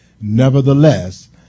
Nevertheless